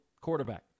quarterback